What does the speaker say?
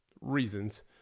reasons